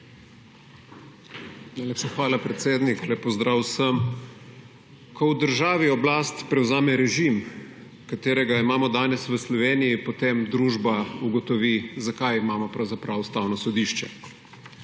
hvala, predsednik. Lep pozdrav vsem! Ko v državi oblast prevzame režim, ki ga imamo danes v Sloveniji, potem družba ugotovi, zakaj imamo pravzaprav Ustavno sodišče.